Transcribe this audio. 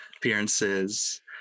Appearances